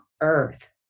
earth